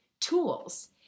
tools